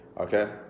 okay